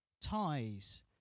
ties